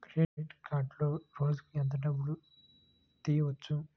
Credit కార్డులో రోజుకు ఎంత డబ్బులు తీయవచ్చు?